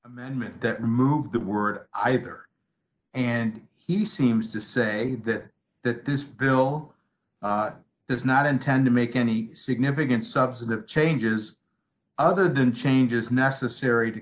amendment that moves the word either and he seems to say that that this bill does not intend to make any significant substantive changes other than changes necessary to